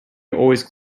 always